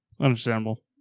Understandable